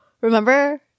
Remember